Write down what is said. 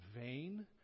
vain